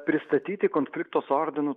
pristatyti konflikto su ordinu